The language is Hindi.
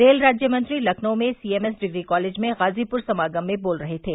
रेल राज्य मंत्री लखनऊ में सीएमएस डिग्री कॉलेज में गाजीप्र समागम में बोल रहे थे